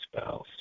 spouse